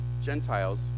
Gentiles